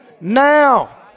now